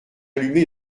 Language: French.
allumé